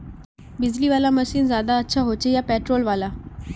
बिजली वाला मशीन ज्यादा अच्छा होचे या पेट्रोल वाला?